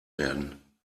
werden